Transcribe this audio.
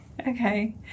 Okay